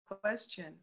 question